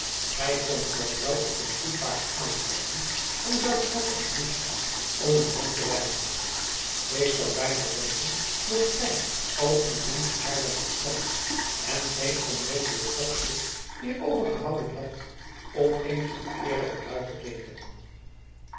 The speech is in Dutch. gij komt nog wel op een goed paard aanrijden en zoudt vrekkig genoeg zijn om een dronk te weigeren ik zou bijna denken dat gij al uw munt te haarlem verslempt en geen onnoozel kopstuk meer overgehouden hebt om eens met eerlijke lui te klinken